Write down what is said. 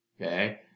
okay